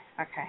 Okay